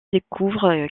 découvre